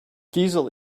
diesel